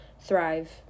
thrive